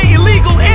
Illegal